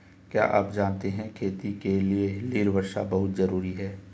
क्या आप जानते है खेती के लिर वर्षा बहुत ज़रूरी है?